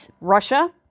Russia